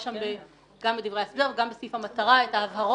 בחוק הזה יש גם בדברי ההסבר וגם בסעיף המטרה את ההבהרות